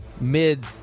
mid-